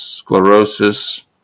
Sclerosis